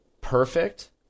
perfect